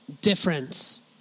difference